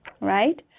right